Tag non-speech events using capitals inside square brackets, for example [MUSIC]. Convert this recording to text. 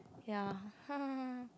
ya [NOISE]